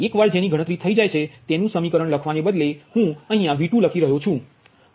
એકવાર જે ની ગણતરી થઈ જાય છે તેનુ સમીકરણ લખવાને બદલે હું V2 લખી રહ્યો છું